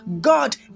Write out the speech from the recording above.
God